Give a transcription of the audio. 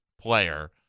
player